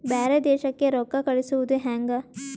ಬ್ಯಾರೆ ದೇಶಕ್ಕೆ ರೊಕ್ಕ ಕಳಿಸುವುದು ಹ್ಯಾಂಗ?